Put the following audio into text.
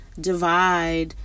divide